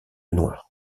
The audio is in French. noir